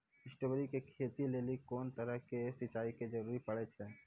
Strawberry के खेती लेली कोंन तरह के सिंचाई के जरूरी पड़े छै?